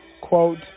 quote